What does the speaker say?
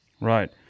right